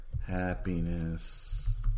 Happiness